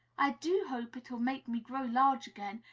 i do hope it'll make me grow large again,